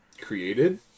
created